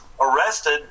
arrested